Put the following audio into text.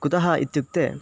कुतः इत्युक्ते